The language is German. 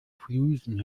flusen